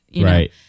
Right